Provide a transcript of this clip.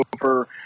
over